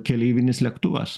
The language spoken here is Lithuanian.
keleivinis lėktuvas